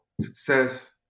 success